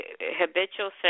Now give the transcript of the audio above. habitual